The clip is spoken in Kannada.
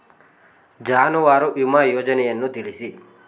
ಜಾನುವಾರು ವಿಮಾ ಯೋಜನೆಯನ್ನು ತಿಳಿಸಿ?